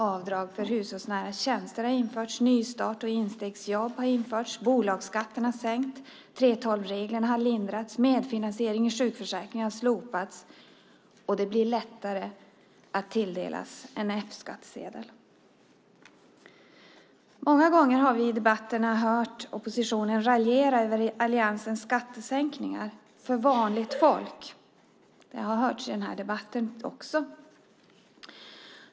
Avdrag för hushållsnära tjänster har införts. Nystarts och instegsjobb har införts. Bolagsskatterna har sänkts. 3:12-reglerna har lindrats. Medfinansieringen i sjukförsäkringen har slopats, och det blir lättare att tilldelas en F-skattsedel. Många gånger har vi i debatterna hört oppositionen raljera över alliansens skattesänkningar för vanligt folk. Det har hörts i den här debatten också.